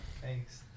Thanks